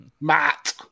Matt